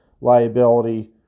liability